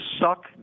suck